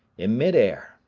in mid air,